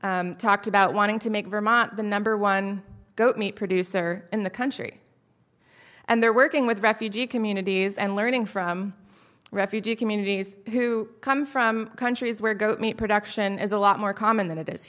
collaborative talked about wanting to make vermont the number one goat meat producer in the country and they're working with refugee communities and learning from refugee communities who come from countries where goat meat production is a lot more common than it is